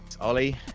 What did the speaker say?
Ollie